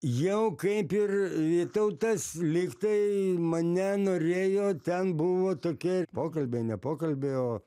jau kaip ir vytautas lygtai mane norėjo ten buvo tokie pokalbiai ne pokalbiai o